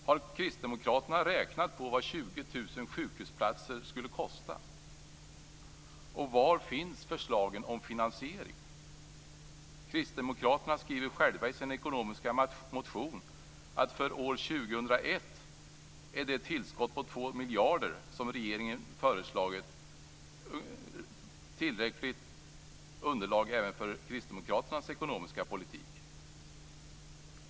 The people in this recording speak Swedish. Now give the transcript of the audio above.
Har ni kristdemokrater räknat på vad 20 000 sjukhusplatser skulle kosta, och var finns förslagen om finansiering? Kristdemokraterna skriver själva i sin ekonomiska motion att för år 2001 är det tillskott på 2 miljarder som regeringen föreslagit ett tillräckligt underlag även för Kristdemokraternas ekonomiska politik.